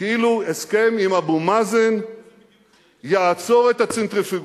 כאילו הסכם עם אבו מאזן יעצור את הצנטריפוגות.